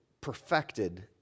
perfected